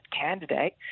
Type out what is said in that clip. candidate